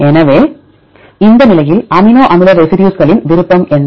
எனவே இந்த நிலையில் அமினோ அமில ரெசிடியூஸ்களின் விருப்பம் என்ன